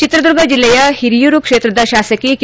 ಚಿತ್ರದುರ್ಗ ಜಿಲ್ಲೆಯ ಹಿರಿಯೂರು ಕ್ಷೇತ್ರದ ಶಾಸಕಿ ಕೆ